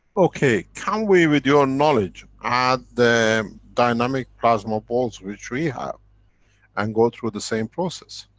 okay. can we, with your knowledge, add the dynamic plasma balls which we have and go through the same process?